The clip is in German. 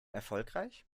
erfolgreich